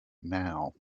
now